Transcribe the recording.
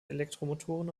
elektromotoren